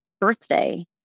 birthday